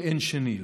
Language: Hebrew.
שאין שני לו.